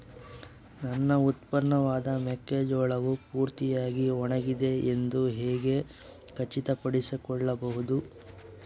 ನನ್ನ ಉತ್ಪನ್ನವಾದ ಮೆಕ್ಕೆಜೋಳವು ಪೂರ್ತಿಯಾಗಿ ಒಣಗಿದೆ ಎಂದು ಹೇಗೆ ಖಚಿತಪಡಿಸಿಕೊಳ್ಳಬಹುದು?